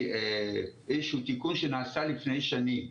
איזשהו תיקון שנעשה לפני שנים.